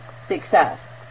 success